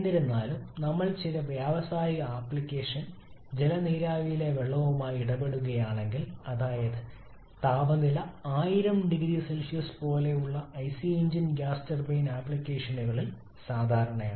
എന്നിരുന്നാലും നമ്മൾ ചില വ്യാവസായിക ആപ്ലിക്കേഷൻ ജല നീരാവിയിലെ വെള്ളവുമായി ഇടപെടുകയാണെങ്കിൽ അതായത് താപനില 1000 0C പോലെയുള്ള ഐസി എഞ്ചിൻ ഗ്യാസ് ടർബൈൻ ആപ്ലിക്കേഷനുകളിൽ സാധാരണമാണ്